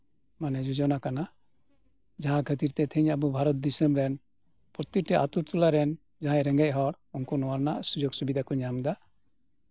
ᱢᱟᱱᱮ ᱡᱳᱡᱚᱱᱟ ᱠᱟᱱᱟ ᱡᱟᱦᱟᱸ ᱠᱷᱟᱹᱛᱤᱨ ᱛᱮ ᱛᱤᱦᱤᱧ ᱟᱵᱚ ᱵᱷᱟᱨᱚᱛ ᱫᱤᱥᱚᱢ ᱨᱮᱱ ᱯᱨᱚᱛᱮᱠᱴᱤ ᱟᱹᱛᱩ ᱴᱚᱞᱟ ᱨᱮᱱ ᱡᱟᱦᱟᱸᱭ ᱨᱮᱸᱜᱮᱡ ᱦᱚᱲ ᱩᱱᱠᱩ ᱱᱚᱶᱟ ᱨᱮᱭᱟᱜ ᱥᱩᱡᱳᱜᱽ ᱥᱩᱵᱤᱫᱟ ᱠᱚ ᱧᱟᱢ ᱮᱫᱟ